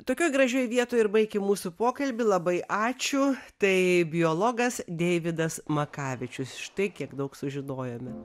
tokioj gražioj vietoj ir baikim mūsų pokalbį labai ačiū tai biologas deividas makavičius štai kiek daug sužinojome